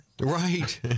Right